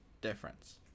difference